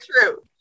true